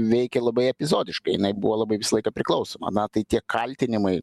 veikė labai epizodiškai jinai buvo labai visą laiką priklausoma na tai tie kaltinimai